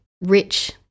rich